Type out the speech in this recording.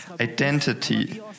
identity